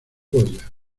goya